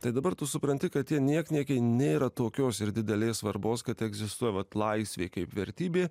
tai dabar tu supranti kad tie niekniekiai nėra tokios didelės svarbos kad egzistuoja vat laisvė kaip vertybė